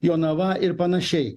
jonava ir panašiai